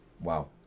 wow